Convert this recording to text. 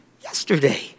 yesterday